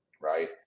Right